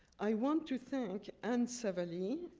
i want to thank anne savalli,